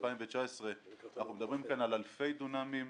2019. אנחנו מדברים כאן על אלפי דונמים.